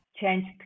changed